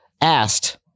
asked